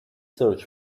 search